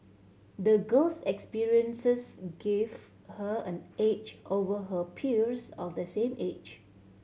the girl's experiences gave her an edge over her peers of the same age